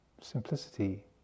simplicity